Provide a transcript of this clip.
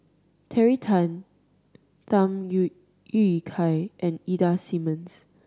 Terry Tan Tham Yui Yui Kai and Ida Simmons